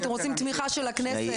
אתם רוצים תמיכה של הכנסת?